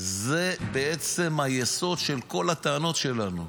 זה בעצם היסוד של כל הטענות שלנו.